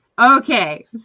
Okay